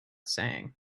saying